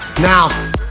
Now